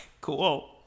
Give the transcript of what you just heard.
Cool